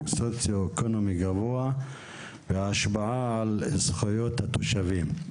סוציואקונומי גבוה והשפעה על זכויות התושבים.